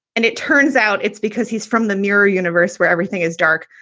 and it turns out it's because he's from the mirror universe where everything is dark.